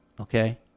okay